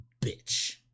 bitch